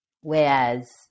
whereas